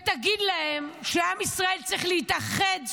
תגיד להם שעם ישראל צריך להתאחד סביבם.